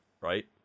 right